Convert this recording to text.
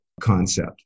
concept